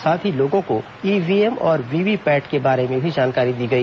साथ ही लोगों को ईव्हीएम और वीवीपैट के बारे में भी जानकारी दी गई